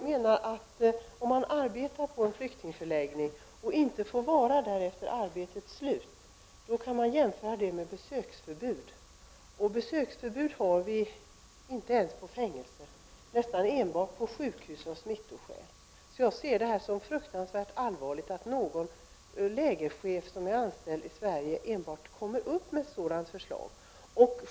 Men när en person som arbetar på en flyktingförläggning inte får vara där efter arbetets slut, då kan man jämföra det med besöksförbud, och besöksförbud har vi inte ens på fängelser utan nästan enbart på sjukhus, av smittoskäl. Så jag ser som fruktansvärt allvarligt att en lägerchef i Sverige över huvud taget kan komma på en sådan här tanke.